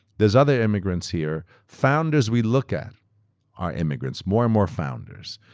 there's other immigrants here, founders we look at are immigrants, more and more founders.